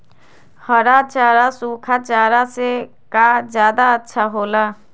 हरा चारा सूखा चारा से का ज्यादा अच्छा हो ला?